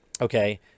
Okay